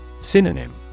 Synonym